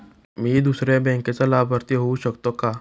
मी दुसऱ्या बँकेचा लाभार्थी होऊ शकतो का?